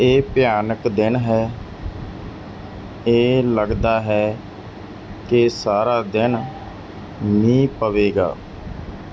ਇਹ ਭਿਆਨਕ ਦਿਨ ਹੈ ਇਹ ਲਗਦਾ ਹੈ ਕਿ ਸਾਰਾ ਦਿਨ ਮੀਂਹ ਪਵੇਗਾ